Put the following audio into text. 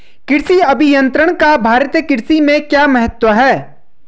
कृषि अभियंत्रण का भारतीय कृषि में क्या महत्व है?